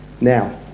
now